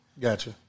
Gotcha